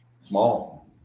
small